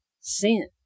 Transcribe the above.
sin